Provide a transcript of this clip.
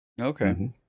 Okay